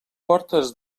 portes